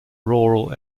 rural